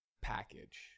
package